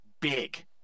big